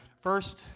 First